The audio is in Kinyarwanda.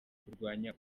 kurwanya